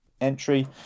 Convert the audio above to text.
entry